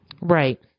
Right